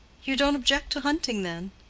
you don't object to hunting, then?